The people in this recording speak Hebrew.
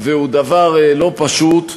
והוא דבר לא פשוט.